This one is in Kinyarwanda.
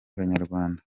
abanyarwanda